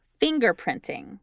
fingerprinting